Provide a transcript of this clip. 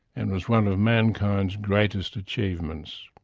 and was one of mankind's greatest achievements.